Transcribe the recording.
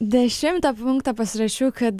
dešimtą punktą pasirašiau kad